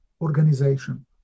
organization